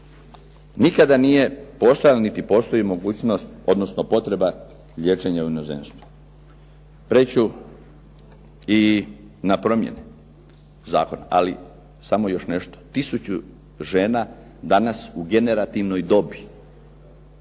Nikada nije postojala, niti postoji mogućnost odnosno potreba liječenja u inozemstvu. Preći ću i na promjene zakona. Ali samo još nešto. Tisuću žena danas u generativnoj dobi